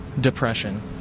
Depression